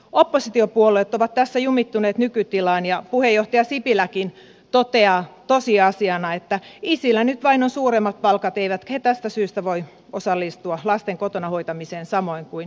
oppositiopuolueet ovat tässä jumittuneet nykytilaan ja puheenjohtaja sipiläkin toteaa tosiasiana että isillä nyt vain on suuremmat palkat eivätkä he tästä syystä voi osallistua lasten kotona hoitamiseen samoin kuin äidit